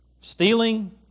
stealing